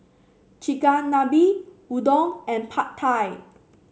Chigenabe Udon and Pad Thai